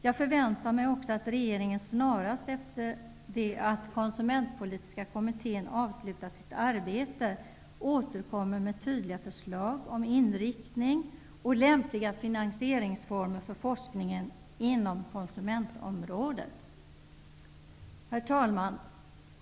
Jag förväntar mig också att regeringen, snarast efter det att Konsumentpolitiska kommittén har avslutat sitt arbete, återkommer med tydliga förslag om inriktning och lämpliga finansieringsformer för forskningen inom konsumentområdet. Herr talman!